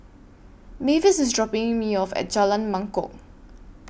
Mavis IS dropping Me off At Jalan Mangkok